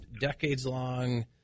decades-long